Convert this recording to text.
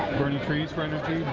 burning trees for energy?